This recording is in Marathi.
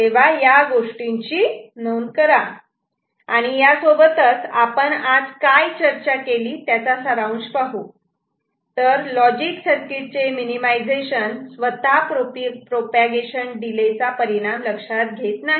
तर याची नोंद करा आणि या सोबत आपण आज काय चर्चा केली त्यांचा सारांश पाहू तर लॉजिक सर्किट चे मिनिमिझेशन स्वतः प्रोपागेशन डिले चा परिणाम लक्षात घेत नाही